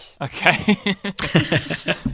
okay